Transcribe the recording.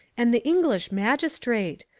and the english magistrate!